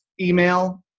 email